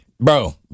Bro